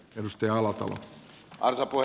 mustajalat alkoi